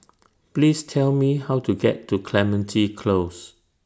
Please Tell Me How to get to Clementi Close